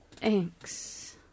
Thanks